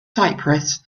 cypress